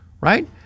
right